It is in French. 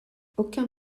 aucun